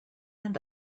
and